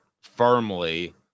firmly